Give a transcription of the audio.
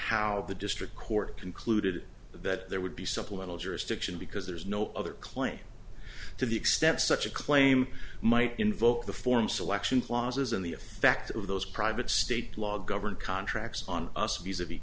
how the district court concluded that there would be supplemental jurisdiction because there's no other claim to the extent such a claim might invoke the form selection clauses in the effect of those private state law government contracts on us